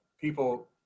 people